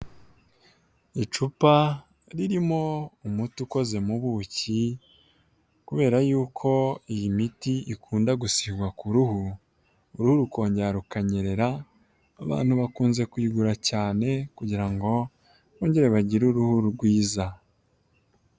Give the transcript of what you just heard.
Icupa ririmo umuti ukoze mu buki kubera yuko iyi miti ikunda gusigwa ku ruhu, uruhu rukongera rukanyerera, abantu bakunze kuyigura cyane kugira ngo bongere bagire uruhu rwiza.